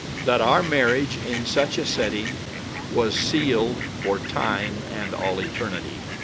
that our marriage in such a setting was sealed for time and all eternity,